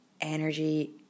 Energy